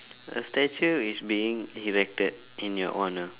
a statue is being erected in your honour